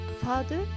Father